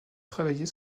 travailler